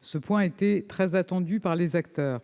ce qui était très attendu par les acteurs.